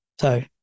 So-